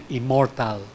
immortal